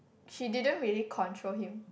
she didn't really control him